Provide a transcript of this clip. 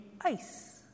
ice